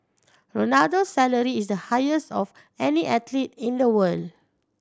Ronaldo's salary is the highest of any athlete in the world